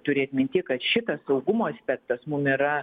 turėti minty kad šitas saugumo aspektas mum yra